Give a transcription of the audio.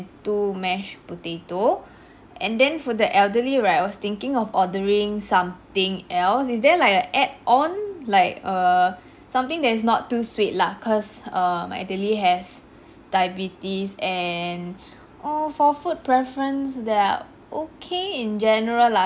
two mashed potato and then for the elderly right I was thinking of ordering something else is there like a add-on like err something that is not too sweet lah cause err my elderly has diabetes and oh for food preference they are okay in general lah